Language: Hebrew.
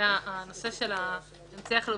לגבי הנושא של האמצעי החלופי.